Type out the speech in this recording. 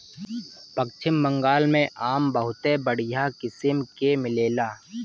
पश्चिम बंगाल में आम बहुते बढ़िया किसिम के मिलेला